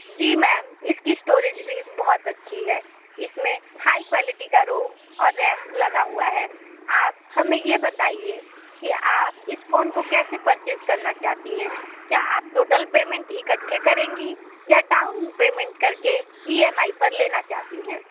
जी ma'am इसकी storage भी बहुत अच्छी है इसमें हाई क्वालिटी का रोम और रैम लगा हुआ है आप हमें यह बताइए कि आप इस फ़ोन को कैसे परचेज करना चाहती हैं क्या आप टोटल पेमेंट इकट्ठे करेंगी या डाउन पेमेंट करके ईएमआई पर लेना चाहती हैं